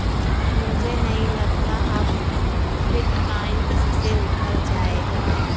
मुझे नहीं लगता अब बिटकॉइन इससे ऊपर जायेगा